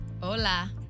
Hola